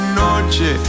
noche